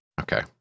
okay